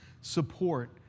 support